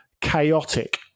chaotic